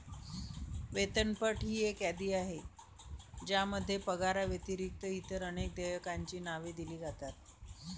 वेतनपट ही एक यादी आहे ज्यामध्ये पगाराव्यतिरिक्त इतर अनेक देयकांची नावे दिली जातात